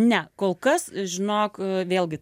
ne kol kas žinok vėlgi